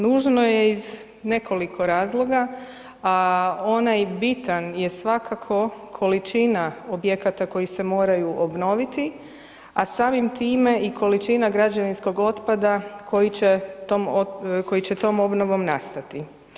Nužno je iz nekoliko razloga, a onaj bitan je svakako količina objekata koji se moraju obnoviti, a samim time i količina građevinskog otpada koji će tom obnovom nastati.